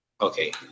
Okay